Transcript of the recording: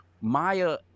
Maya